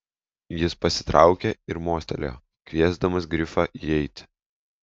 jis pasitraukė ir mostelėjo kviesdamas grifą įeiti